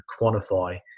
quantify